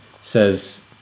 says